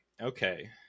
Okay